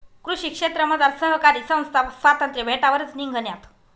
कृषी क्षेत्रमझार सहकारी संस्था स्वातंत्र्य भेटावरच निंघण्यात